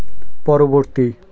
পরবর্তী